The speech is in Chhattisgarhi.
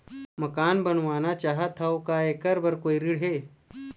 मकान बनवाना चाहत हाव, का ऐकर बर कोई ऋण हे?